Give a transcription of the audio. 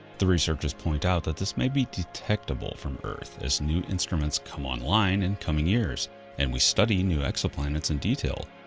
the researchers point out that this may be detectable from earth as new instruments come online in coming years and we study new exoplanets in detail.